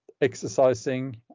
exercising